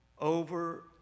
over